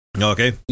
Okay